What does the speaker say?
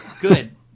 Good